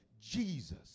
Jesus